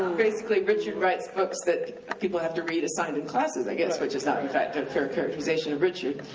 um basically, richard writes books that people have to read, assigned in classes, i guess, which is not, in fact, a fair characterization of richard.